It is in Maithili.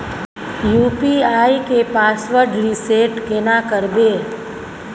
यु.पी.आई के पासवर्ड रिसेट केना करबे?